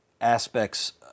aspects